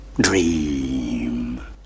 Dream